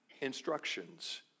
instructions